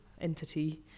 entity